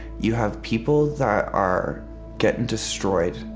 you have people that are getting destroyed.